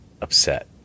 upset